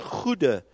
goede